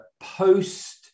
post